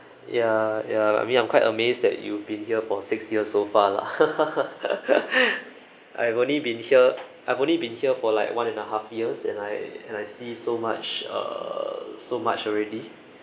yeah yeah I mean I'm quite amazed that you've been here for six years so far lah I've only been here I've only been here for like one and a half years and I and I see so much err so much already